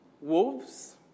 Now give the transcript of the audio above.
Wolves